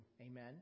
amen